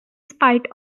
spite